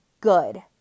good